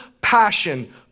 passion